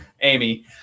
Amy